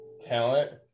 talent